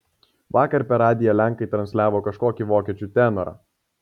vakar per radiją lenkai transliavo kažkokį vokiečių tenorą